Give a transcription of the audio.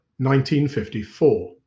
1954